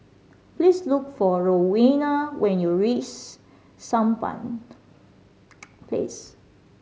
please look for Rowena when you Sampan Place